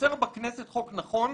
לייצר בכנסת חוק נכון,